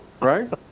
right